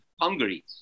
Hungary